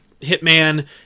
hitman